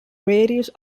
various